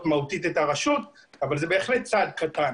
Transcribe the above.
מהותית את הרשות אבל זה בהחלט צעד קטן.